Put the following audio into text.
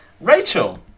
Rachel